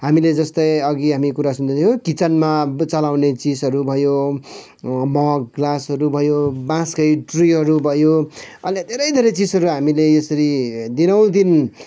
हामीले जस्तै अघि हामी कुरा सुन्दै थियौँ किचनमा चलाउने चिजहरू भयो मग ग्लासहरू भयो बाँसकै ट्रेहरू भयो अन्य धेरै धेरै चिजहरू हामीले यसरी दिनहुँ दिन